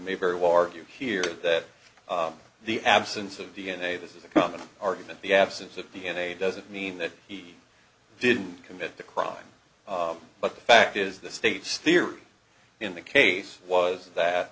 may very well argue here that the absence of d n a this is a common argument the absence of d n a it doesn't mean that he didn't commit the crime but the fact is the state's theory in the case was that